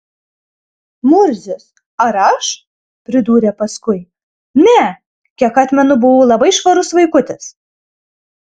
murzius ar aš pridūrė paskui ne kiek atmenu buvau labai švarus vaikutis